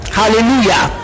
hallelujah